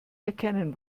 erkennen